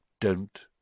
Don't